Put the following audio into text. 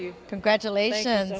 you congratulations